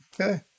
Okay